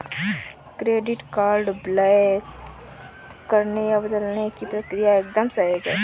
credit card block करने या बदलने की प्रक्रिया एकदम सहज है